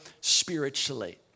spiritually